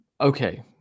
Okay